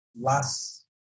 last